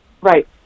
Right